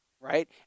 right